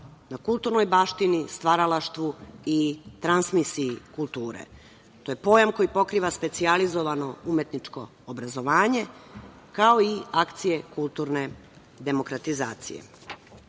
na kulturnoj baštini, stvaralaštvu i transmisiji kulture. To je pojam koji pokriva specijalizovano umetničko obrazovanje, kao i akcije kulturne demokratizacije. Polako